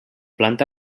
planta